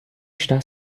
está